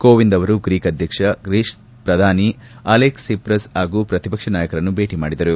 ಕೋವಿಂದ್ ಅವರು ಗ್ರೀಕ್ ಪ್ರಧಾನಿ Alex Tsipras ಹಾಗೂ ಪ್ರತಿಪಕ್ಷ ನಾಯಕರನ್ನು ಭೇಟಿ ಮಾಡಿದರು